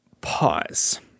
pause